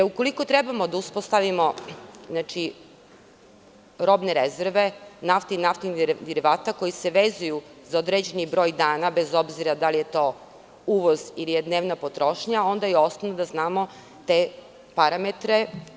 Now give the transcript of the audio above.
Ukoliko trebamo da uspostavimo robne rezerve nafte i naftnih derivata koji se vezuju za određeni broj dana, bez obzira da li je to uvoz ili dnevna potrošnja, onda je osnov da znamo te parametre.